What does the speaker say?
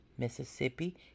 Mississippi